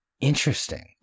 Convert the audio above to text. interesting